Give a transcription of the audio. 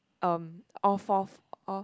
um all fourth all